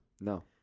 No